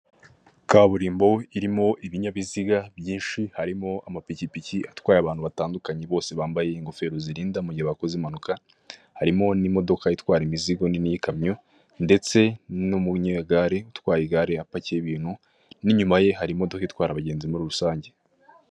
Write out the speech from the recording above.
Kaburimbo irimo ibinyabiziga byinshi, harimo amapikipiki atwaye abantu batandukanye bose bambaye ingofero zirinda mu gihe bakoze impanuka, harimo n'imodoka itwara imizigo nini y'ikamyo ndetse n'umunyegare utwaye igare apakiye ibintu n'inyuma ye hari imodoka itwara abagenzi muri rusange.